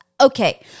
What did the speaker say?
Okay